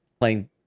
playing